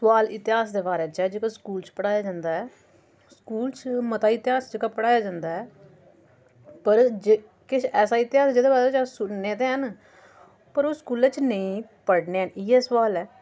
सोआल इतिहास दे बारे च ऐ जेह्का स्कूल च पढ़ाया जंदा ऐ स्कूल च मता इतिहास जेह्का पढ़ाया जंदा ऐ पर किश ऐसा इतिहास जेह्का अस सुनने ते हैन पर ओह् स्कूलै च नेईं पढ़ने हैन इ'यै सोआल ऐ